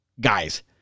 guys